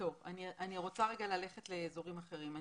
אני רוצה ללכת לאזורים אחרים.